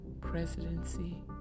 presidency